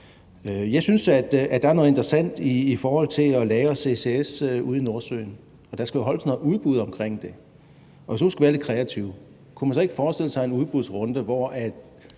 Jeg synes, at der er noget interessant i forhold til lagring, CCS, ude i Nordsøen, og der skal jo holdes noget udbud omkring det. Og hvis vi nu skulle være lidt kreative, kunne man så ikke forestille sig en udbudsrunde, hvor dem,